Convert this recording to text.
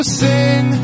sing